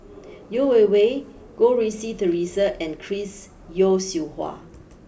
Yeo Wei Wei Goh Rui Si Theresa and Chris Yeo Siew Hua